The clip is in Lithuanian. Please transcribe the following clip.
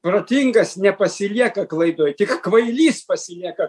protingas nepasilieka klaidoj tik kvailys pasilieka